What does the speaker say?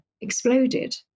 exploded